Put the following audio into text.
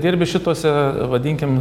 dirbi šituose vadinkim